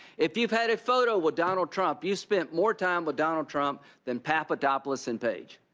if you've had a photo with donald trump you spent more time with donald trump than papadopoulos and page.